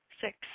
six